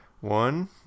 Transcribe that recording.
one